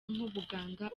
nk’ubuganga